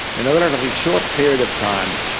in a relatively short period of time,